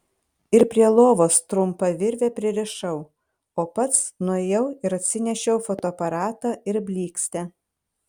ir prie lovos trumpa virve pririšau o pats nuėjau ir atsinešiau fotoaparatą ir blykstę